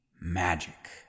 magic